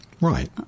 Right